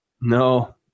No